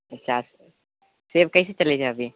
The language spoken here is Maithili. अच्छा सेव कैसे चलै छै अभि